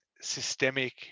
systemic